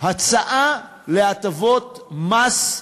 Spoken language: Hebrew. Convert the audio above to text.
הצעה להטבות מס,